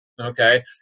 Okay